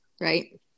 right